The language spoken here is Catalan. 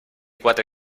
quatre